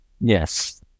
Yes